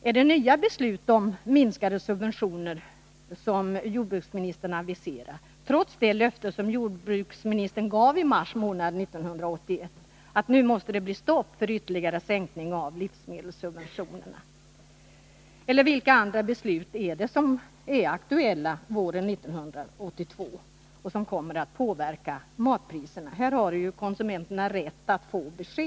Är det nya beslut om minskade subventioner som jordbruksministern aviserar, trots det löfte jordbruksministern gav i mars månad 1981. att det nu måste bli stopp för ytterligare sänkning av livsmedelssubventionerna? Eller vilka andra beslut är det som är aktuella våren 1982 och som kommer att påverka matpriserna? Här har konsumenterna rätt att få besked.